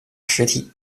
实体